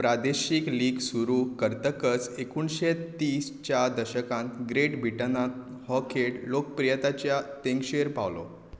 प्रादेशीक लीग सुरू करतकच एकोणशे तीसच्या दसकांत ग्रेट ब्रिटनांत हो खेळ लोकप्रियताच्या तेंगशेर पावलो